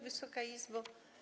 Wysoka Izbo!